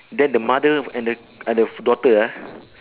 then the mother and the uh the daughter ah